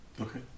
Okay